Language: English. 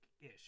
ish